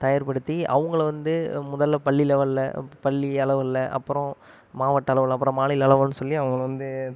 தயார்படுத்தி அவங்கள வந்து முதல்ல பள்ளி லெவல்ல பள்ளி அளவில் அப்புறம் மாவட்ட அளவில் அப்புறம் மாநில அளவிலன்னு சொல்லி அவங்கள வந்து